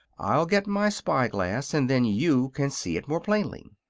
i'll get my spy-glass, and then you can see it more plainly.